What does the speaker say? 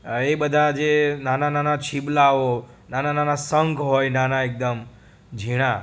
એ બધા જે નાનાં નાનાં છીપલાઓ નાના નાના શંખ હોય નાના એકદમ ઝીણા